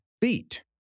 beat